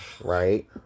right